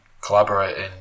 collaborating